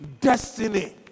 destiny